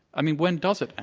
i mean, when does it end?